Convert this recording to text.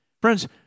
Friends